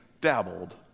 dabbled